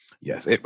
Yes